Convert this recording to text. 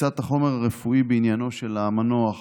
תפיסת החומר הרפואי בעניינו של המנוח,